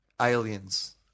aliens